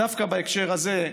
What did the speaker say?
דווקא בהקשר הזה,